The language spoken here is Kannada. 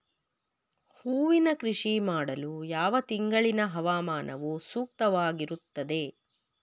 ಹೂವಿನ ಕೃಷಿ ಮಾಡಲು ಯಾವ ತಿಂಗಳಿನ ಹವಾಮಾನವು ಸೂಕ್ತವಾಗಿರುತ್ತದೆ?